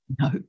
No